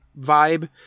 vibe